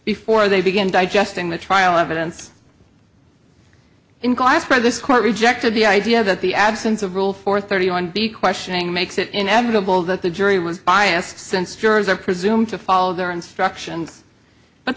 before they begin digesting the trial evidence in class for this court rejected the idea that the absence of rule four thirty on the questioning makes it inevitable that the jury was biased since jurors are presumed to follow their instructions but